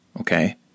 Okay